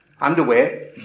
underwear